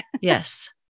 Yes